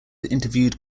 interviewed